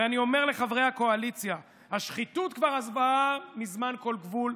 אני אומר לחברי הקואליציה: השחיתות כבר עברה כל גבול,